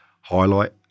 highlight